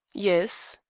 yes.